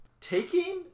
Taking